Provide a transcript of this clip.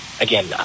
again